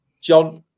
John